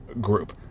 group